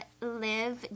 live